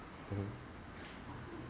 mmhmm